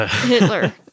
Hitler